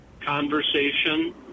conversation